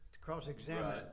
cross-examine